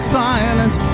silence